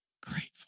grateful